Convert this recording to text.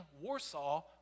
Warsaw